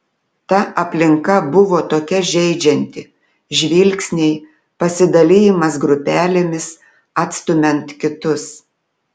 ta aplinka buvo tokia žeidžianti žvilgsniai pasidalijimas grupelėmis atstumiant kitus